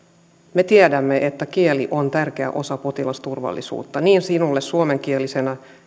me tiedämme että kieli on tärkeä osa potilasturvallisuutta niin sinulle suomenkielisenä